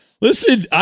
Listen